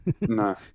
No